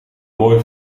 mooi